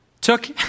took